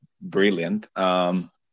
brilliant